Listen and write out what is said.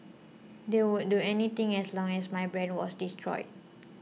they would do anything as long as my brand was destroyed